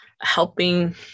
helping